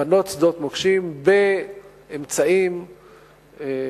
לפנות שדות מוקשים באמצעים יצירתיים,